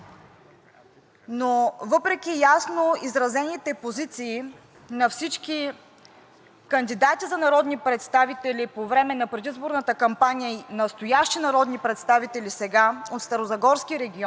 но въпреки ясно изразените позиции на всички кандидати за народни представители по време на предизборната кампания и настоящи народни представители сега от старозагорски регион,